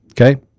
Okay